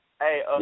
Hey